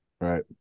Right